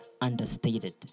understated